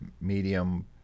medium